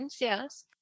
yes